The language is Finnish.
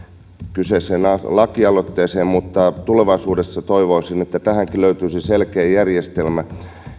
kyseiseen lakialoitteeseen mutta toivoisin että tulevaisuudessa tähänkin löytyisi selkeä järjestelmä